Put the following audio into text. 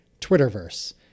Twitterverse